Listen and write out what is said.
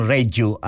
Radio